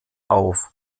auf